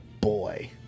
boy